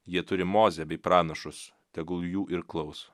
jie turi mozę bei pranašus tegul jų ir klauso